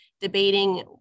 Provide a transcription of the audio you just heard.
debating